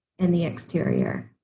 and the exterior.